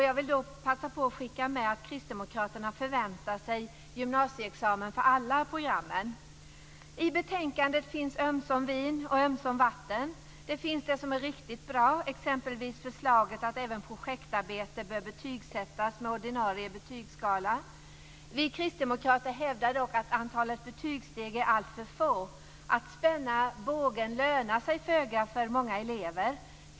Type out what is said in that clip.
Jag vill passa på att skicka med att Kristdemokraterna förväntar sig gymnasieexamen för alla programmen. I betänkandet finns ömsom vin och ömsom vatten. Det finns det som är riktigt bra, exempelvis förslaget att även projektarbete bör betygssättas med ordinarie betygsskala. Vi kristdemokrater hävdar dock att antalet betygssteg är alltför få - att spänna bågen lönar sig föga för många elever.